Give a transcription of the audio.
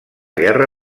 guerra